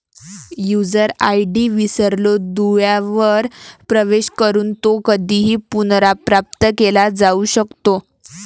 user ID विसरलो दुव्यावर प्रवेश करून तो कधीही पुनर्प्राप्त केला जाऊ शकतो